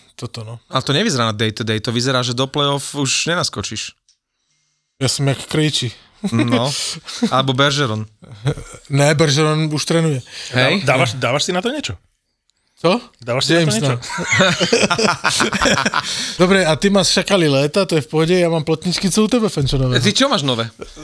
Toto, no. Ale to nevyzerá na day-to-day, to vyzerá, že do play-off už nenaskočíš. Ja som jak Krejči. No. Alebo Bergeron. Ne, Bergeron už trénuje. Hej. Dá- dávaš- dávaš si na to niečo? Co? Dávaš si na to James, niečo? no. Dobre, a ty máš šakali léta, to je v pohode, ja mám platničky, co u tebe, Fenčo, nové? Ty čo máš nové?